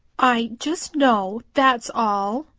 i just know, that's all,